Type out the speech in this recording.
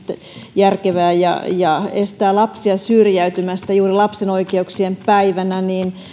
järkevää ja ja estää lapsia syrjäytymästä juuri lapsen oikeuksien päivänä